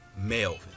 Melvin